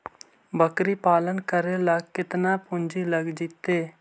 बकरी पालन करे ल केतना पुंजी लग जितै?